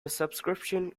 subscription